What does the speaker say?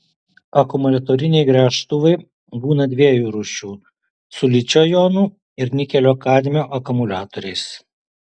akumuliatoriniai gręžtuvai būna dviejų rūšių su ličio jonų ir nikelio kadmio akumuliatoriais